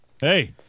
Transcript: Hey